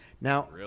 Now